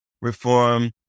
reform